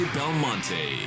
Belmonte